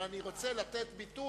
אבל אני רוצה לתת ביטוי.